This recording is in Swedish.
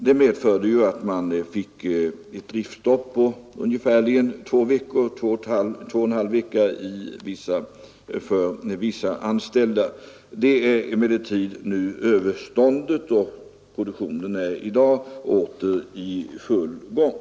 Det medförde att man fick ett driftstopp på ungefär två och en halv vecka för vissa anställda. Det är emellertid nu överståndet, och produktionen är i dag åter i full gång.